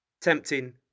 tempting